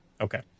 Okay